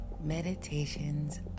Meditations